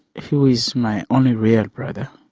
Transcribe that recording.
who is my only real brother,